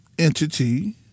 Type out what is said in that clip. entity